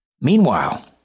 Meanwhile